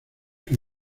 que